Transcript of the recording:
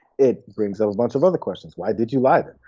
it brings up a bunch of other questions. why did you lie then?